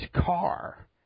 car